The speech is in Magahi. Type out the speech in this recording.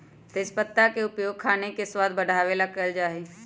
तेजपत्ता के उपयोग खाने के स्वाद बढ़ावे ला कइल जा हई